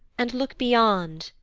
and look beyond,